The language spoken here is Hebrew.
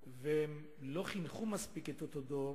והם לא חינכו מספיק את אותו דור,